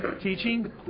teaching